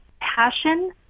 passion